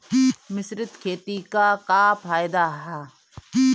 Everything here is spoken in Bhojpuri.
मिश्रित खेती क का फायदा ह?